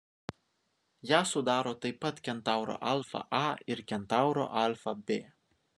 ją sudaro taip pat kentauro alfa a ir kentauro alfa b